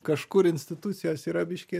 kažkur institucijos yra biški